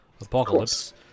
apocalypse